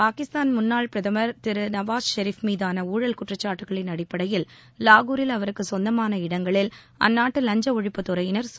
பாகிஸ்தான் முன்னாள் பிரதமர் திரு நவாஸ் ஷெரீப் மீதான ஊழல் குற்றச்சாட்டுகளின் லாகூரில் அவருக்கு சொந்தமான இடங்களில் அந்நாட்டு லஞ்ச ஒழிப்புத்துறையினர் அடப்படையில்